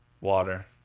Water